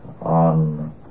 on